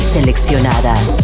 Seleccionadas